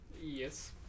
Yes